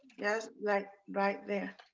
yeah just, like, right there.